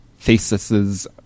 theses